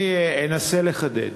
אני אנסה לחדד: